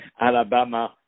Alabama